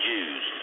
Jews